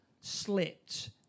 slipped